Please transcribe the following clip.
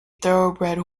thoroughbred